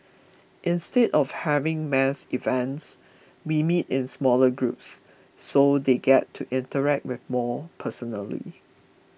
instead of having mass events we meet in smaller groups so they get to interact with more personally